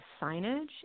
signage